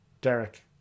Derek